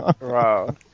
Wow